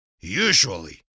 Usually